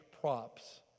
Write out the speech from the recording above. props